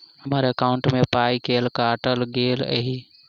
हम्मर एकॉउन्ट मे पाई केल काटल गेल एहि